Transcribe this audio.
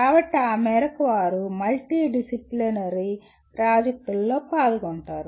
కాబట్టి ఆ మేరకు వారు మల్టీడిసిప్లినరీ ప్రాజెక్టులలో పాల్గొంటారు